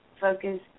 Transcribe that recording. focus